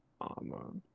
armor